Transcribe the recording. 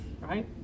right